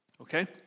Okay